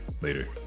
Later